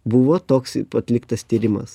buvo toks atliktas tyrimas